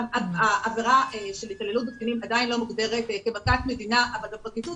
העבירה של התעללות בקטינים עדיין לא מוגדרת כמכת מדינה אבל הפרקליטות,